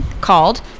called